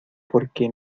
porque